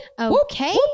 Okay